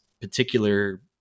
particular